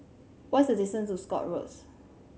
what is the distance to Scotts Road